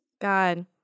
God